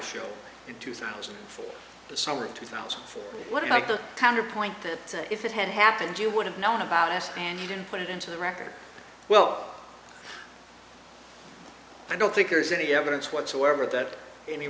show in two thousand for the summer of two thousand what about the counterpoint that said if it had happened you would have known about us and you didn't put it into the record well i don't think there's any evidence whatsoever that any